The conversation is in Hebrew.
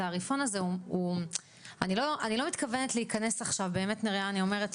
התעריפון הזה הוא אני לא מתכוונת להיכנס עכשיו באמת נריה אני אומרת,